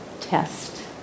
test